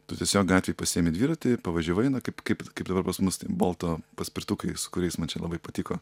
tu tiesiog gatvėj pasiemi dviratį pavažiavai na kaip kaip kaip dabar pas mus tie bolto paspirtukai su kuriais man čia labai patiko